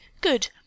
good